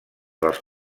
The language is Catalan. dels